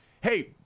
hey